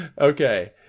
Okay